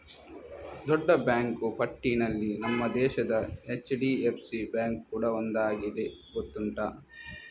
ದೊಡ್ಡ ಬ್ಯಾಂಕು ಪಟ್ಟಿನಲ್ಲಿ ನಮ್ಮ ದೇಶದ ಎಚ್.ಡಿ.ಎಫ್.ಸಿ ಬ್ಯಾಂಕು ಕೂಡಾ ಒಂದಾಗಿದೆ ಗೊತ್ತುಂಟಾ